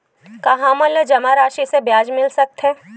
का हमन ला जमा राशि से ब्याज मिल सकथे?